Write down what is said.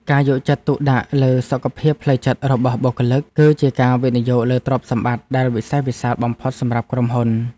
ការយកចិត្តទុកដាក់លើសុខភាពផ្លូវចិត្តរបស់បុគ្គលិក គឺជាការវិនិយោគលើទ្រព្យសម្បត្តិដែលវិសេសវិសាលបំផុតរបស់ក្រុមហ៊ុន។